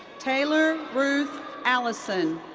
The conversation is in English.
taylor ruth allison.